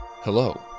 Hello